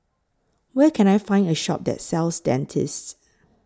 Where Can I Find A Shop that sells Dentiste